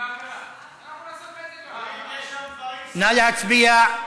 נא להצביע.